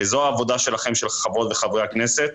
זו העבודה שלכם, של חברות וחברי הכנסת.